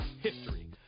history